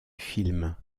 film